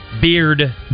beard